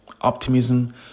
optimism